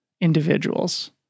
individuals